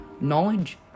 Knowledge